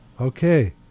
Okay